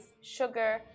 sugar